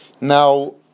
Now